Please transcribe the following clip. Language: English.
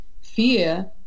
fear